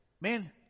Man